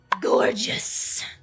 gorgeous